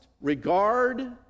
regard